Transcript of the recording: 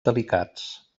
delicats